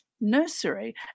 nursery